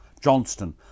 Johnston